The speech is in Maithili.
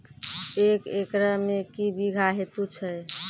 एक एकरऽ मे के बीघा हेतु छै?